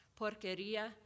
Porqueria